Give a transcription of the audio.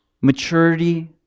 maturity